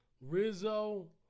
Rizzo